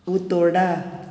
उतोड्डा